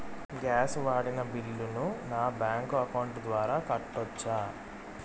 Gas వాడిన బిల్లును నా బ్యాంకు అకౌంట్ ద్వారా కట్టొచ్చా?